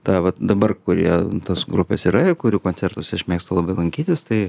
ta va dabar kurie tos grupės yra kurių koncertuose aš mėgstu labai lankytis tai